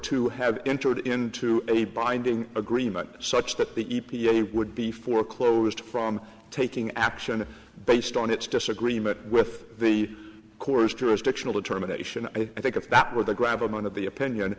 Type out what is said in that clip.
to have entered into any binding agreement such that the e p a would be foreclosed from taking action based on its disagreement with the course jurisdictional determination i think if that were the gravel going to be opinion